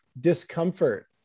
discomfort